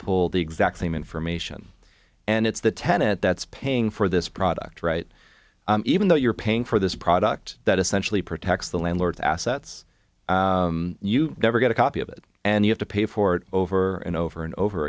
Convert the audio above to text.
pull the exact same information and it's the tenant that's paying for this product right even though you're paying for this product that essentially protects the landlord's assets you never get a copy of it and you have to pay for it over and over and over